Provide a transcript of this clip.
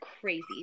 crazy